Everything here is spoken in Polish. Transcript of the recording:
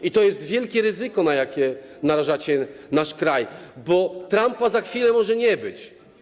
I to jest wielkie ryzyko, na jakie narażacie nasz kraj, bo Trumpa za chwilę może nie być.